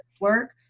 work